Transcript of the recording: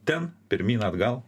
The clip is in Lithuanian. ten pirmyn atgal